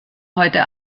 heute